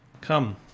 Come